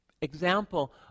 Example